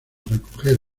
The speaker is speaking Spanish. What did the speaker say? recoger